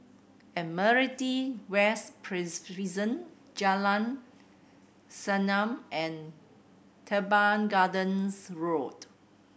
Admiralty West Prison Jalan Senyum and Teban Gardens Road